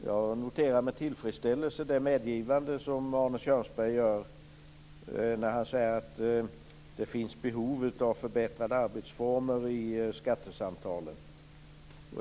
Jag noterar med tillfredsställelse det medgivande som Arne Kjörnsberg gjorde. Han sade att det finns behov av förbättrade arbetsformer vid skattesamtalen.